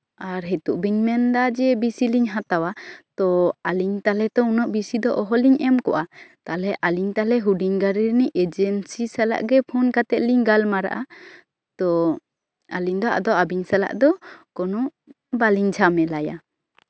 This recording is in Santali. ᱟᱨ ᱱᱤᱛᱳᱜ ᱵᱮᱱ ᱢᱮᱱᱫᱟ ᱵᱮᱥᱤ ᱞᱤᱧ ᱦᱟᱛᱟᱣᱟ ᱛᱚ ᱛᱟᱦᱚᱞᱮ ᱛᱚ ᱩᱱᱟᱹᱜ ᱵᱮᱥᱤ ᱫᱚ ᱵᱟᱞᱤᱧ ᱮᱢ ᱠᱚᱜᱼᱟ ᱛᱟᱦᱚᱞᱮ ᱟᱹᱞᱤᱧ ᱛᱟᱦᱚᱞᱮ ᱦᱩᱰᱤᱧ ᱜᱟᱹᱰᱤ ᱨᱤᱱᱤᱡ ᱮᱡᱮᱱᱥᱤ ᱥᱟᱞᱟᱜ ᱜᱮ ᱯᱷᱳᱱ ᱠᱟᱛᱮᱜ ᱞᱤᱧ ᱜᱟᱞᱢᱟᱨᱟᱜᱼᱟ ᱛᱚ ᱟᱹᱞᱤᱧ ᱫᱚ ᱟᱫᱚ ᱟᱹᱵᱤᱱ ᱥᱟᱞᱟᱜ ᱫᱚ ᱠᱳᱱᱳ ᱵᱟᱞᱤᱧ ᱡᱷᱟᱢᱮᱞᱟᱭᱟ